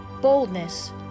boldness